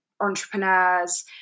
entrepreneurs